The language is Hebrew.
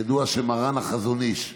ידוע שמרן החזון איש,